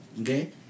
Okay